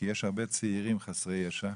כי יש הרבה צעירים חסרי ישע.